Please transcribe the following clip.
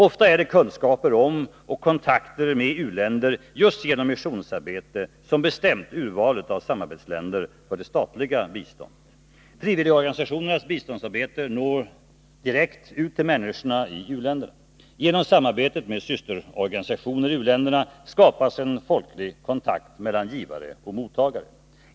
Ofta är det kunskaper om och kontakter med u-länder genom missionsarbetet som bestämt urvalet av samarbetsländer för det statliga biståndet. Frivilligorganisationernas biståndsarbete når direkt ut till människorna i u-länderna. Genom samarbetet med systerorganisationer i u-länderna skapas en folklig kontakt mellan givare och mottagare.